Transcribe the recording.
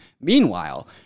Meanwhile